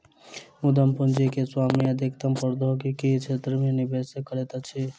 उद्यम पूंजी के स्वामी अधिकतम प्रौद्योगिकी क्षेत्र मे निवेश करैत अछि